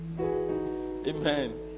Amen